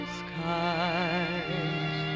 skies